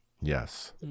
Yes